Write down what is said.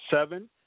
seven